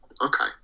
Okay